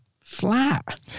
flat